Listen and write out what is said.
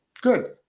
good